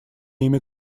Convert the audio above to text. имя